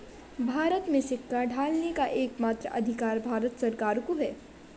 भारत में सिक्का ढालने का एकमात्र अधिकार भारत सरकार को है